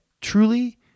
truly